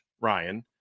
Ryan